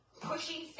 pushing